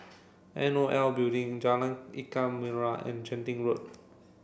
N O L Building Jalan Ikan Merah and Genting Road